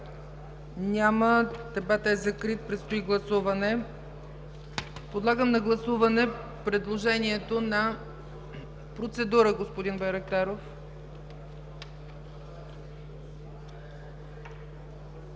Няма. Дебатът е закрит. Предстои гласуване. Подлагам на гласуване предложението на... Процедура – господин Байрактаров.